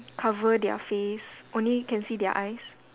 cover their face only can see their eyes